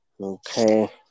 Okay